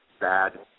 bad